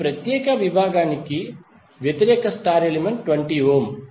ఈ ప్రత్యేక విభాగానికి వ్యతిరేక స్టార్ ఎలిమెంట్ 20 ఓం